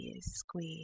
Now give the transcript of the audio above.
squeeze